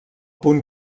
punt